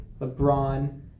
LeBron